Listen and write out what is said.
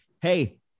hey